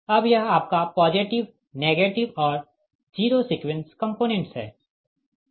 अब यह आपका पॉजिटिव नेगेटिव और जीरो सीक्वेंस कंपोनेंट्स है